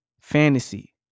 fantasy